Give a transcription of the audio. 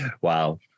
Wow